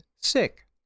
sick